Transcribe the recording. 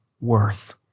worth